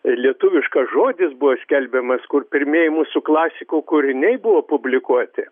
lietuviškas žodis buvo skelbiamas kur pirmieji mūsų klasikų kūriniai buvo publikuoti